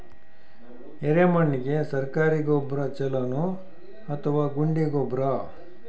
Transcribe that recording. ಎರೆಮಣ್ ಗೆ ಸರ್ಕಾರಿ ಗೊಬ್ಬರ ಛೂಲೊ ನಾ ಅಥವಾ ಗುಂಡಿ ಗೊಬ್ಬರ?